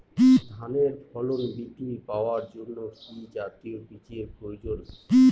ধানে ফলন বৃদ্ধি পাওয়ার জন্য কি জাতীয় বীজের প্রয়োজন?